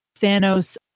Thanos